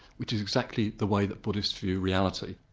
which is exactly the way that buddhists view reality.